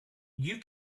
you